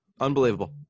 Unbelievable